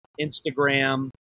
Instagram